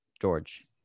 George